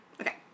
Okay